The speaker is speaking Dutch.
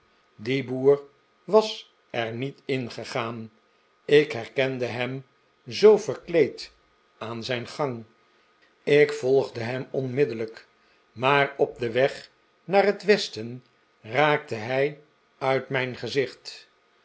die boer was er niet ingegaan ik herkende hem zoo verkleed aan zijn gang ik volgde hem onmiddellijk maar op den weg naar het westen raakte hij uit mijn gezicht